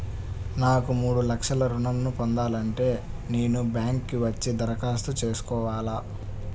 నాకు మూడు లక్షలు ఋణం ను పొందాలంటే నేను బ్యాంక్కి వచ్చి దరఖాస్తు చేసుకోవాలా?